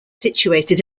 situated